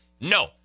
No